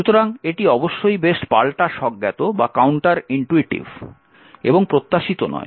সুতরাং এটি অবশ্যই বেশ পাল্টা স্বজ্ঞাত এবং প্রত্যাশিত নয়